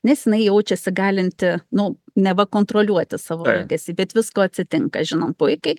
nes jinai jaučiasi galinti nu neva kontroliuoti savo elgesį bet visko atsitinka žinom puikiai